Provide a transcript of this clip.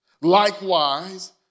likewise